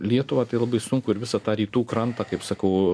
lietuvą tai labai sunku ir visą tą rytų krantą kaip sakau